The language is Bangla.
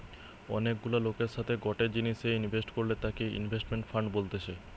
অনেক গুলা লোকের সাথে গটে জিনিসে ইনভেস্ট করলে তাকে ইনভেস্টমেন্ট ফান্ড বলতেছে